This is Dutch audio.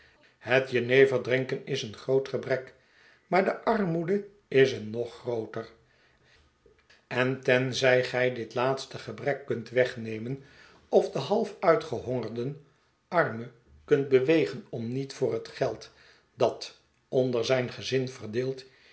het jeneverdrinken is een groot gebrek maar de armoede is een nog grooter en tenzij gij dit laatste gebrek kunt wegnemen of den half uitgehongerden arme kunt bewegen om niet voor het geld dat onder zijn gezin verdeeld